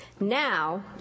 Now